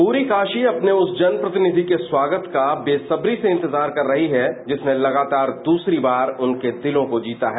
पूरी काशी अपने उस जनप्रतिनिधि के स्वागत का बेसब्री से इंतजार कर रही है जिसने लगातार द्रसरी बार उनके दिलों को जीता है